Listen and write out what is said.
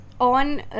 on